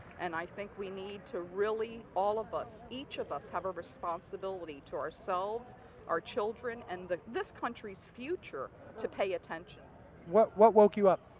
and i think we need to really all of us each of us have a responsibility to ourselves our children and that this country's future to pay attention what what what you up